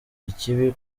ikibi